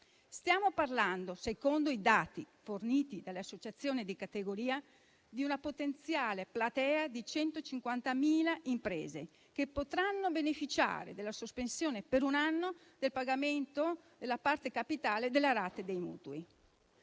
Stiamo parlando, secondo i dati forniti dalle associazioni di categoria, di una potenziale platea di 150.000 imprese, che potranno beneficiare per un anno della sospensione del pagamento della parte capitale delle rate dei mutui.